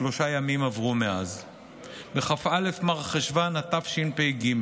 כ"א במר חשוון התשפ"ג,